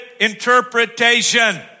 interpretation